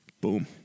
Boom